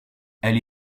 elle